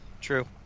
True